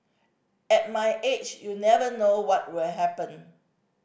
at my age you never know what will happen